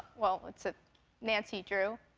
well, it's ah nancy drew,